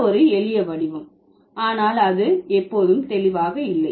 இது ஒரு எளிய விஷயம் ஆனால் அது எப்போதும் தெளிவாக இல்லை